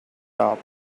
top